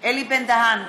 אלי בן-דהן,